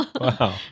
Wow